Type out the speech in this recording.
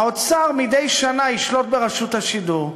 האוצר מדי שנה ישלוט ברשות השידור,